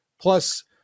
plus